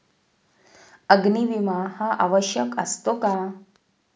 अग्नी विमा हा आवश्यक असतो का?